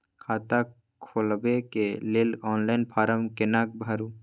खाता खोलबेके लेल ऑनलाइन फारम केना भरु?